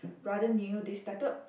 rather new they started